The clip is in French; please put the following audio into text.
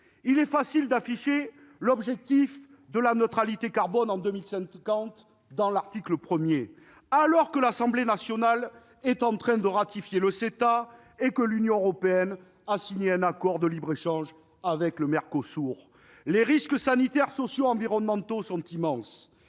il est facile d'afficher l'objectif de la neutralité carbone en 2050 à l'article 1, mais, pendant ce temps, l'Assemblée nationale est en train de le ratifier le CETA, et l'Union européenne a signé un accord de libre-échange avec le Mercosur. Les risques sanitaires, sociaux et environnementaux sont immenses